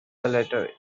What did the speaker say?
lettered